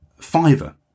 Fiverr